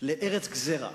והיא ארץ גזירה.